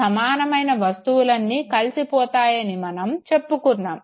సమానమైన వస్తువులన్ని కలిసిపోతాయని మనం చెపుకున్నాము